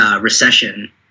recession